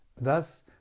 Thus